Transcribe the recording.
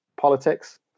politics